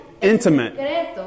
intimate